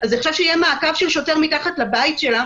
אז עכשיו כשיהיה מעקב של שוטר מתחת לבית שלה,